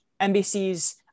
NBC's